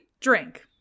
drink